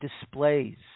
displays